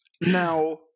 Now